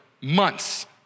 months